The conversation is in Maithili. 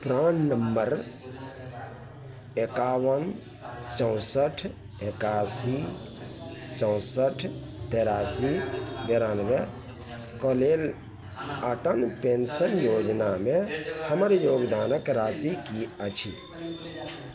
प्राण नंबर एकावन चौंसठ एकासी चौंसठ तेरासी बेरानवेके लेल अटल पेंशन योजनामे हमर योगदानक राशि की अछि